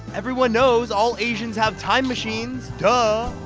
everyone knows all asians have time machines, duh!